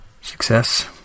success